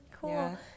cool